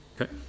Okay